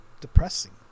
depressing